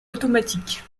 automatique